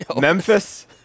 Memphis